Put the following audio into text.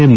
M